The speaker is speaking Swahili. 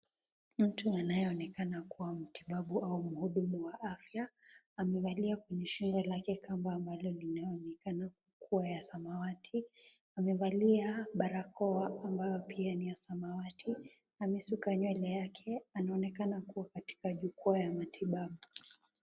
Mtu anayeonekana kuwa mtibabu au mhudumu wa afya amevalia kwenye shingo lake kamba ambalo linaonekana kuwa ya samawati. Amevalia barakoa ambayo pia ni ya samawati. Amesuka nywele yake, anaonekana kuwa katika jukwaa ya matibabu.